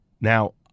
Now